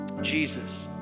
Jesus